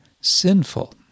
sinful